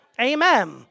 Amen